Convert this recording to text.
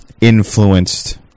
influenced